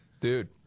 Dude